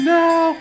now